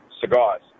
cigars